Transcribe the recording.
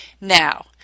Now